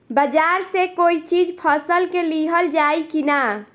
बाजार से कोई चीज फसल के लिहल जाई किना?